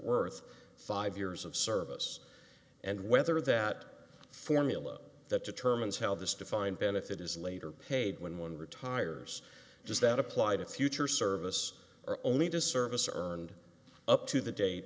worth five years of service and whether that formula that determines how this defined benefit is later paid when one retires does that apply to future service or only to service earned up to the da